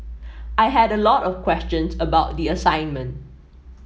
I had a lot of questions about the assignment